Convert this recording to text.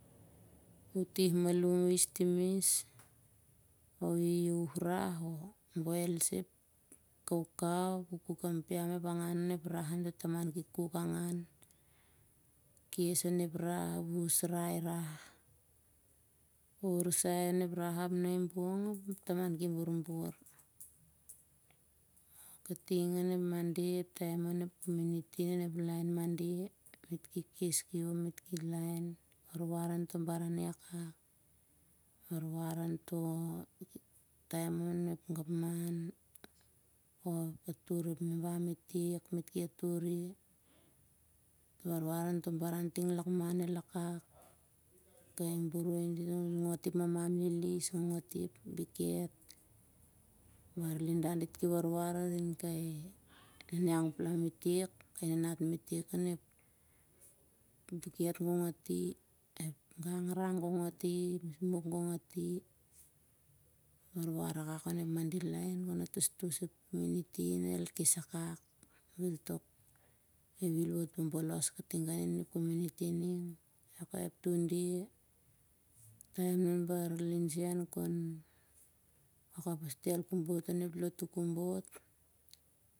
Utih malum his timis, iaiauh rah oh boil sah ep kaukau ap kuk piam ap amtoh taman ki angan rah. kes on ep rah ap husrai rah, husrai on ep rah ap ep amtoh taman ki borbor. kating on ep monde met ki kes kiom warwar on toh baran na i wakwak. warwar on ep gapman o ep memba, warwar on toh baran ting lakman el wakak, gong ati ep mamam lilis gong ati ep bikhet. kai bun dit ki warwar on kai nanat metek ep gang rang gonggati, ep mismuk gong ati warwar akak on ep laen kon atosotos ep komuniti. el kes akak bel tok mamat el wot bobolos katigau on i ep komuniti ning, ap ep tunde taim anun bar ligen kon lotu kobot